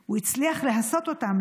הוא הצליח להסות אותם,